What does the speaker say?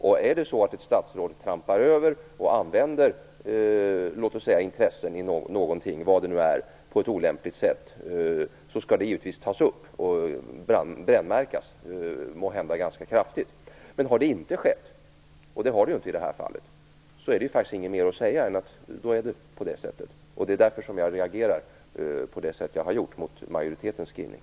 Om ett statsråd trampar över och använder intressen i någonting, vad det nu är, på ett olämpligt sätt skall det givetvis tas upp och brännmärkas, måhända ganska kraftigt. Men har det inte skett - och det har det ju inte i det här fallet - finns det faktiskt inget mer att säga. Det är därför som jag reagerar som jag gör mot majoritetens skrivning.